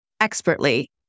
expertly